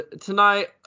tonight